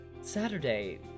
Saturday